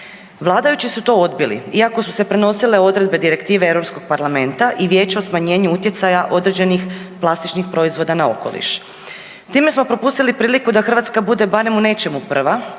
Vladajući su to odbili iako su se prenosile odredbe direktive Europskog parlamenta i Vijeća o smanjenju utjecaja određenih plastičnih proizvoda na okoliš. Time smo propustili priliku da Hrvatska bude barem u nečemu prva